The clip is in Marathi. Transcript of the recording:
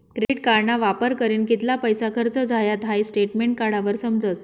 क्रेडिट कार्डना वापर करीन कित्ला पैसा खर्च झायात हाई स्टेटमेंट काढावर समजस